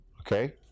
Okay